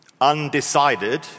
Undecided